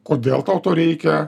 kodėl tau to reikia